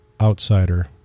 outsider